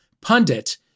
Pundit